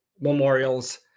memorials